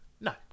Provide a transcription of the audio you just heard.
No